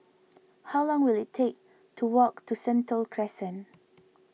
how long will it take to walk to Sentul Crescent